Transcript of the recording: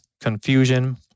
confusion